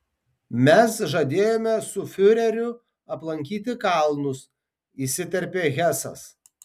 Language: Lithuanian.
mes žadėjome su fiureriu aplankyti kalnus įsiterpė hesas